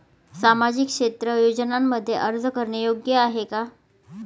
सामाजिक क्षेत्र योजनांमध्ये अर्ज करणे योग्य आहे का?